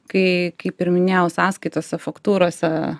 kai kaip ir minėjau sąskaitose faktūrose